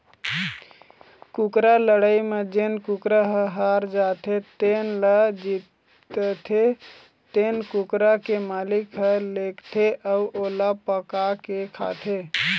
कुकरा लड़ई म जेन कुकरा ह हार जाथे तेन ल जीतथे तेन कुकरा के मालिक ह लेगथे अउ ओला पकाके खाथे